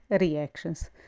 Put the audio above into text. reactions